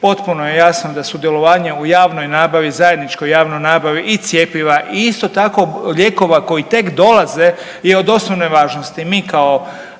Potpuno je jasno da sudjelovanje u javnoj nabavi, zajedničkoj javnoj nabavi i cjepiva i isto tako lijekova koji tek dolaze je od osnovne važnosti. Mi mala